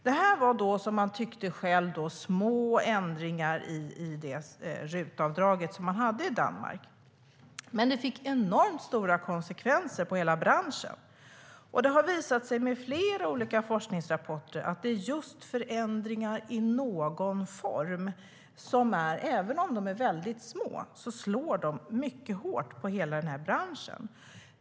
Det var, som man själv tyckte, fråga om små ändringar i det danska RUT-avdraget, men det medförde mycket stora konsekvenser för hela branschen. Flera olika forskningsrapporter har visat att det är just förändringar i någon form som, även om de är väldigt små, slår hårt mot hela branschen.